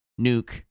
nuke